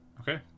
Okay